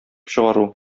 чыгару